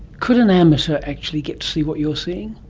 could an amateur actually get to see what you are seeing?